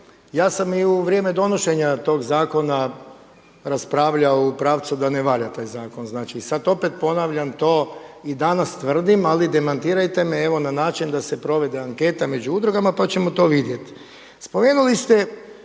Ja sam i u vrijeme donošenja tog zakona raspravljao u pravcu da ne valja taj zakon. I sad opet ponavljam to i danas tvrdim, ali demantirajte me evo na način da se provede anketa među udrugama pa ćemo to vidjeti.